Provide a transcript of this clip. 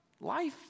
Life